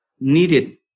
needed